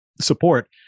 support